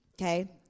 okay